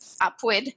upward